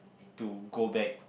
to go back